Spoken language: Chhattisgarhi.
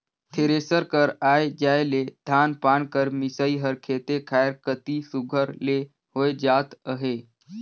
थेरेसर कर आए जाए ले धान पान कर मिसई हर खेते खाएर कती सुग्घर ले होए जात अहे